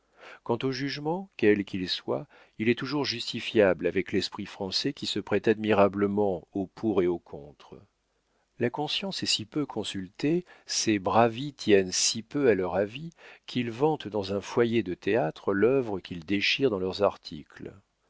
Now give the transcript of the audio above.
quant au jugement quel qu'il soit il est toujours justifiable avec l'esprit français qui se prête admirablement au pour et au contre la conscience est si peu consultée ces bravi tiennent si peu à leur avis qu'ils vantent dans un foyer de théâtre l'œuvre qu'ils déchirent dans leurs articles